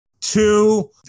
two